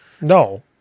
no